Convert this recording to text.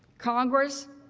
congress,